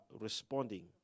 responding